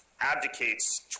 abdicates